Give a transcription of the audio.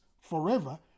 forever